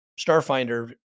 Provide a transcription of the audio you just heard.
Starfinder